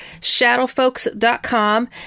shadowfolks.com